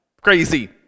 crazy